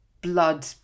blood